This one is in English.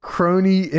Crony